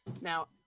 Now